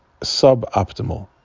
suboptimal